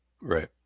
right